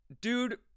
Dude